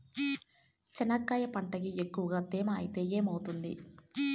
చెనక్కాయ పంటకి ఎక్కువగా తేమ ఐతే ఏమవుతుంది?